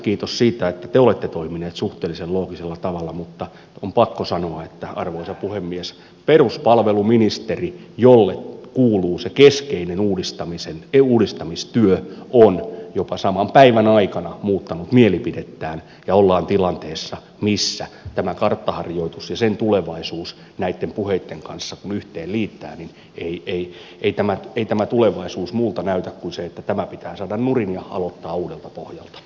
kiitos siitä että te olette toiminut suhteellisen loogisella tavalla mutta on pakko sanoa arvoisa puhemies että peruspalveluministeri jolle kuuluu se keskeinen uudistamistyö on jopa saman päivän aikana muuttanut mielipidettään ja ollaan tilanteessa missä tämä karttaharjoitus ja sen tulevaisuus kun ne yhteen liittää näitten puheitten kanssa ei muuta näytä kuin sen että tämä pitää saada nurin ja aloittaa uudelta pohjalta